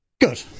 Good